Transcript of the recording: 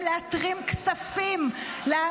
די.